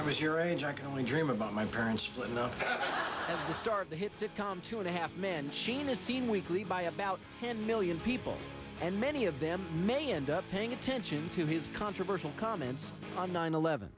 with your age i can only dream about my parents split enough to start the hit sitcom two and a half men sheen a scene weekly by about ten million people and many of them may end up paying attention to his controversial comments on nine eleven